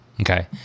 Okay